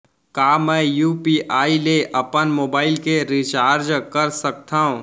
का मैं यू.पी.आई ले अपन मोबाइल के रिचार्ज कर सकथव?